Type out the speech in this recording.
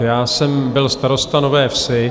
Já jsem byl starostou Nové Vsi.